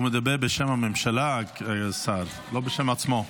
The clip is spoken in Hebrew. השר מדבר בשם הממשלה, לא בשם עצמו.